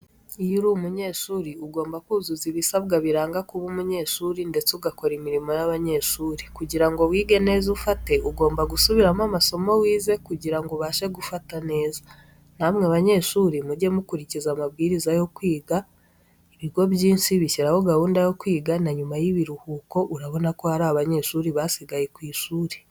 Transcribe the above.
Iyo uri umunyeshuri ugomba kuzuza ibisabwa biranga kuba umunyeshuri ndetse ugakora imirimo y'abanyeshuri kugira ngo wige neza ufate ugomba gusubiramo amasomo wize kugira ngo ubashe gufata neza, namwe banyeshuri mujye mukurikiza amabwiriza yo kwiga. Ibigo byinshi bishyiraho gahunda yo kwiga nanyuma y'ibiruhuko urabona ko hari abanyeshuri basigaye ku ishuri.